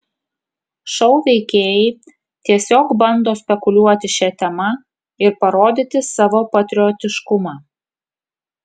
šou veikėjai tiesiog bando spekuliuoti šia tema ir parodyti savo patriotiškumą